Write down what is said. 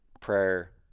Prayer